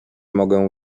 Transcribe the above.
mogę